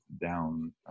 down